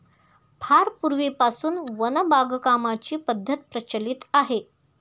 फार पूर्वीपासून वन बागकामाची पद्धत प्रचलित आहे